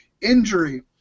injury